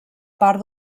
part